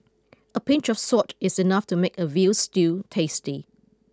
a pinch of salt is enough to make a veal stew tasty